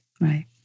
Right